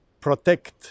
protect